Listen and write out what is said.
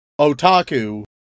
otaku